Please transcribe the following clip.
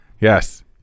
Yes